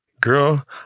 girl